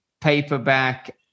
paperback